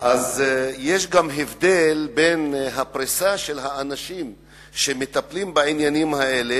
יש גם הבדל בפריסה של האנשים שמטפלים בעניינים האלה,